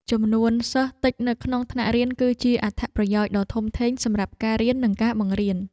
ចំនួនសិស្សតិចនៅក្នុងថ្នាក់រៀនគឺជាអត្ថប្រយោជន៍ដ៏ធំធេងសម្រាប់ការរៀននិងការបង្រៀន។